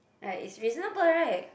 yeah it's reasonable right